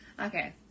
Okay